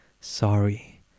Sorry